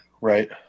Right